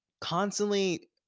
constantly